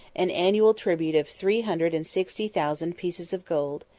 an annual tribute of three hundred and sixty thousand pieces of gold,